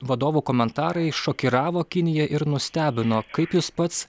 vadovų komentarai šokiravo kiniją ir nustebino kaip jūs pats